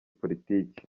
politiki